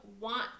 want